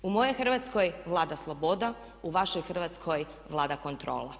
U mojoj Hrvatskoj vlada sloboda, u vašoj Hrvatskoj vlada kontrola.